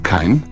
Kein